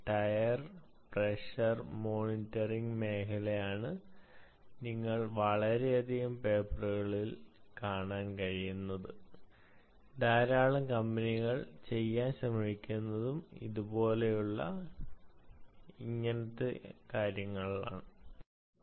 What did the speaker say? tyre pressure monitoring മേഖലയാണ് നിങ്ങൾ വളരെയധികം പേപ്പറുകളിൽ കാണാനും ധാരാളം കമ്പനികൾ ചെയ്യാൻ ശ്രമിക്കാനും സാധ്യതയുള്ള ഒരു ഉപയോഗം